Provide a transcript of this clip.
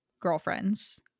girlfriends